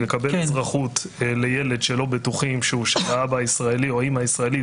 קבלת אזרחות לילד שלא בטוחים שהאבא ישראלי או האימא ישראלית,